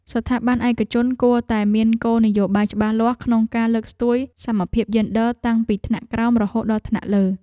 ស្ថាប័នឯកជនគួរតែមានគោលនយោបាយច្បាស់លាស់ក្នុងការលើកស្ទួយសមភាពយេនឌ័រតាំងពីថ្នាក់ក្រោមរហូតដល់ថ្នាក់លើ។